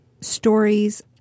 stories